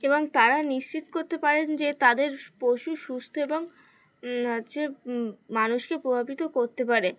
এবং তারা নিশ্চিত করতে পারেন যে তাদের পশু সুস্থ এবং হচ্ছে মানুষকে প্রভাবিত করতে পারে